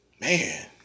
man